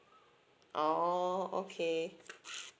oo okay